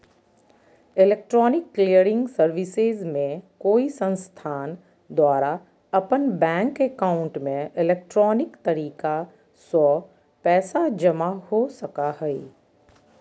electronic clearing services में कोई संस्थान द्वारा अपन बैंक एकाउंट में इलेक्ट्रॉनिक तरीका स्व पैसा जमा हो सका हइ